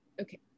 Okay